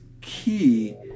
key